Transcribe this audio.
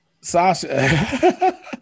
Sasha